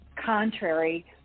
contrary